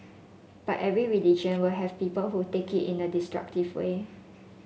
but every religion will have people who take it in a destructive way